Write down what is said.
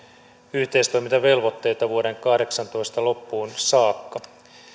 yhteistoimintavelvoitteita vuoden kahdeksantoista loppuun saakka